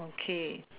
okay